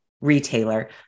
retailer